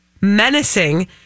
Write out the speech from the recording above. menacing